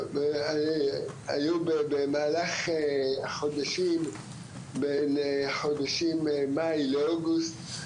היו במהלך החודשים בין החודשים מאי לאוגוסט,